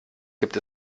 gibt